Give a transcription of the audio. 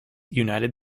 united